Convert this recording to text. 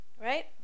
right